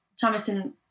Thomason